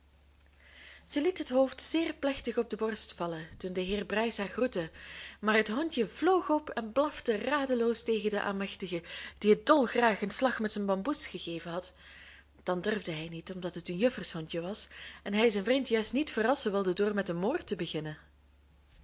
zij liet het hoofd zeer plechtig op de borst vallen toen de heer bruis haar groette maar het hondje vloog op en blafte radeloos tegen den amechtigen die het dolgraag een slag met zijn bamboes gegeven had dan hij durfde niet omdat het een juffershondje was en hij zijn vriend juist niet verrassen wilde door met een moord te beginnen